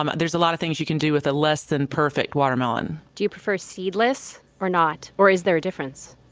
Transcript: um there's a lot of things you can do with a less than perfect watermelon do you prefer seedless or not, or is there a difference?